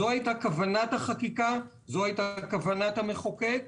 זו הכיתה כוונת החקיקה וכוונת המחוקק.